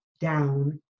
down